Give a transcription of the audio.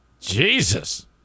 Jesus